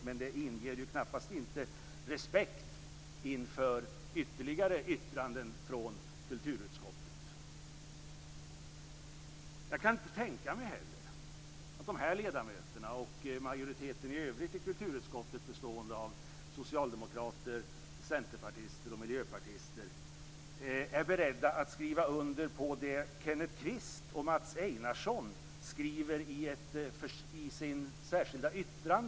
Men det inger knappast inte respekt inför ytterligare yttranden från kulturutskottet. Jag kan inte heller tänka mig att dessa ledamöter och majoriteten i övrigt i kulturutskottet bestående av socialdemokrater, centerpartister och miljöpartister är beredda att skriva under på det som Kenneth Kvist och Mats Einarsson skriver i sitt särskilda yttrande.